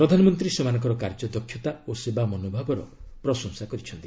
ପ୍ରଧାନମନ୍ତ୍ରୀ ସେମାନଙ୍କର କାର୍ଯ୍ୟଦକ୍ଷତା ଓ ସେବା ମନୋଭାବର ପ୍ରଶଂସା କରିଛନ୍ତି